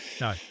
No